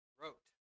wrote